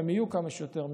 והן יהיו כמה שיותר מהירות.